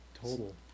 total